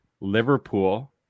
Liverpool